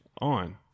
on